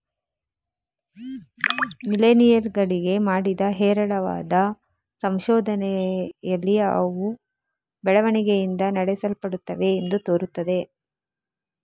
millennial ಗಳಿಗೆ ಮಾಡಿದ ಹೇರಳವಾದ ಸಂಶೋಧನೆಯಲ್ಲಿ ಅವು ಬೆಳವಣಿಗೆಯಿಂದ ನಡೆಸಲ್ಪಡುತ್ತವೆ ಎಂದು ತೋರುತ್ತದೆ